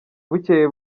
bucyeye